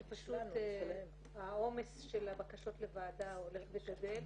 כי פשוט העומס של הבקשות לוועדה הולך וגדל.